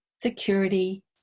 security